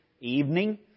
evening